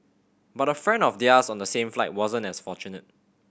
but a friend of theirs on the same flight wasn't as fortunate